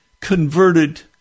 converted